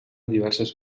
diverses